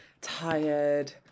tired